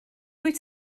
dwyt